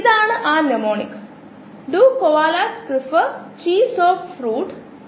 അതിനാൽ കോശങ്ങളുടെ വർദ്ധനവ് കൾച്ചർ വളർച്ച അല്ലെങ്കിൽ വെറുതെ വളർച്ച എന്നിവയെല്ലാം ഒരേ കാര്യം അർത്ഥമാക്കുന്നു